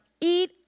eat